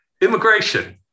immigration